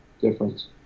difference